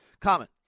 common